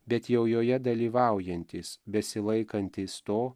bet jau joje dalyvaujantys besilaikantys to